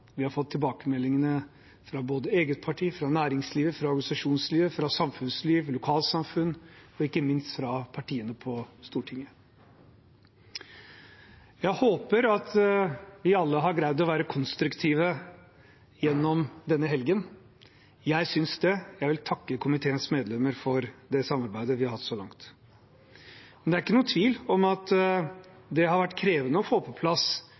har fått tilbakemeldinger både fra eget parti, fra næringslivet, fra organisasjonslivet, fra samfunnslivet, fra lokalsamfunn og ikke minst fra partiene på Stortinget. Jeg håper at vi alle har greid å være konstruktive gjennom denne helgen. Jeg synes det, og jeg vil takke komiteens medlemmer for det samarbeidet vi har hatt så langt. Men det ingen tvil om at det har vært krevende å få på plass